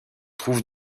trouve